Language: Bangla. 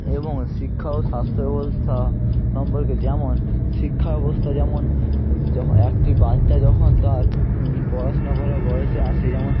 এবং শিক্ষা ও স্বাস্থ্যব্যবস্থা সম্পর্কে যেমন শিক্ষাব্যবস্থা যেমন যখন একটি বাচ্চা যখন তার পড়াশোনা করার বয়সে আসে যেমন